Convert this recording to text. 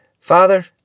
Father